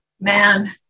man